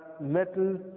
metal